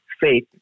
faith